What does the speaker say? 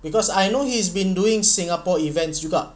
because I know he's been doing singapore events juga